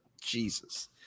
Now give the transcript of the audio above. Jesus